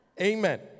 Amen